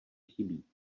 chybí